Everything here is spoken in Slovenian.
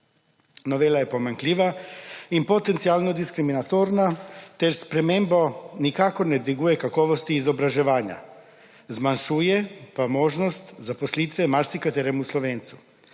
Novela je pomanjkljiva in potencialno diskriminatorna ter s spremembo nikakor ne dviguje kakovosti izobraževanja. Zmanjšuje pa možnost zaposlitve marsikateremu Slovencu.